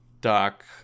doc